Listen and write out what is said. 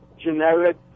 generic